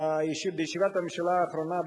בישיבת הממשלה האחרונה,